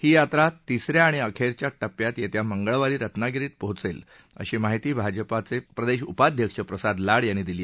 ही यात्रा तिसऱ्या आणि अखेरच्या टप्प्यात येत्या मंगळवारी रत्नागिरीत पोचेल अशी माहिती भाजपाचे प्रदेश उपाध्यक्ष प्रसाद लाड यांनी दिली